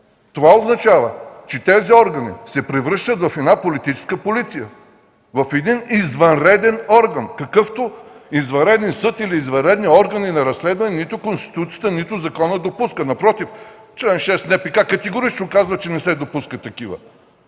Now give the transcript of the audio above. Това означава, че тези органи се превръщат в политическа полиция, в извънреден орган, какъвто извънреден съд или извънредни органи на разследване нито Конституцията, нито законът допускат. Напротив, чл. 6 от НПК категорично казва, че не се допускат такива.